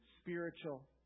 spiritual